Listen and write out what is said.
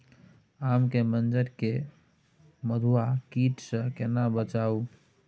आम के मंजर के मधुआ कीट स केना बचाऊ?